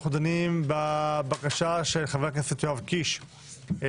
ואנחנו דנים בבקשה של חבר הכנסת יואב קיש לרוויזיה.